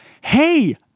hey